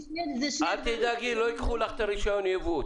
אל תדאגי, לא ייקחו לך את רישיון היבוא.